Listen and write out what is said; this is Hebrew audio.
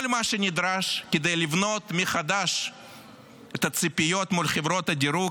כל מה שנדרש כדי לבנות מחדש את הציפיות מול חברות הדירוג